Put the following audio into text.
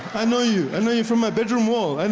i know you, i know you from my bedroom wall. and